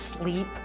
sleep